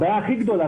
הבעיה הכי גדולה,